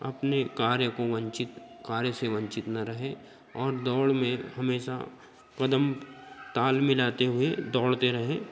अपने कार्य कों वंचित कांर्य से वंचित न रहें और दौड़ में हमेशा कदम ताल मिलाते हुए दौड़ते रहें